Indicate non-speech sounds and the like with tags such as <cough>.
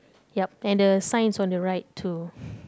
yup and the sign is on the right too <breath>